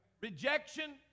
rejection